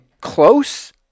close